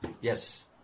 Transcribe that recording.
Yes